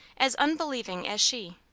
as unbelieving as she.